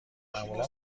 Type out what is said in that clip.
معمولا